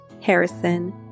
Harrison